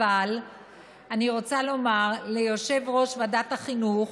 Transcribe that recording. אבל אני רוצה לומר ליושב-ראש ועדת החינוך,